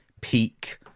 peak